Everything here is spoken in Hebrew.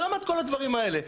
ברמת כל הדברים האלה.